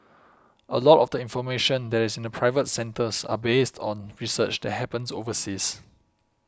a lot of the information that is in the private centres are based on research that happens overseas